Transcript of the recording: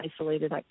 isolated